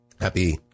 Happy